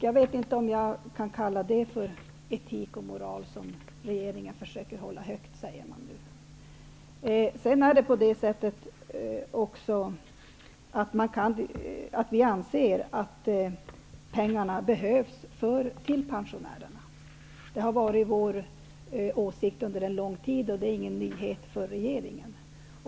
Jag vet inte hur det här går ihop med att regeringen nu säger att man försöker hålla etiken och moralen högt. Vi anser att pengarna behövs till pensionärerna. Det har varit vår åsikt under en lång tid. Det är ingen nyhet för regeringen.